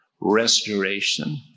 restoration